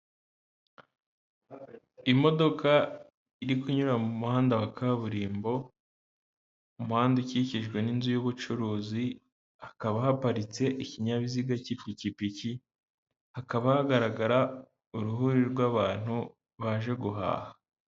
Imodoka iri kunyura mu muhanda wa kaburimbo, umuhanda ukikijwe n'inzu y'ubucuruzi, hakaba haparitse ikinyabiziga cy'ipikipiki, hakaba hagaragara uruhuri rw'abantu baje guhaha.